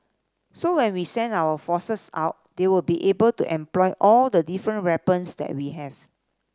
so when we send our forces out they will be able to employ all the different weapons that we have